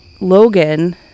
Logan